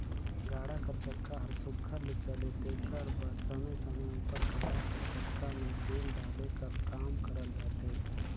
गाड़ा कर चक्का हर सुग्घर ले चले तेकर बर समे समे उपर गाड़ा कर चक्का मे तेल डाले कर काम करल जाथे